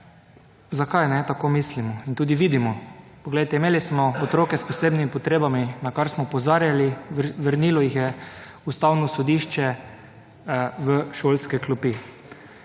Zakaj tako mislimo in tudi vidimo? Imeli smo otroke s posebnimi potrebami, na kar smo opozarjali. Vrnilo jih je Ustavno sodišče v šolske klopi.